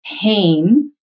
pain